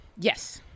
yes